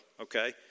okay